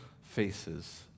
faces